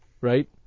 Right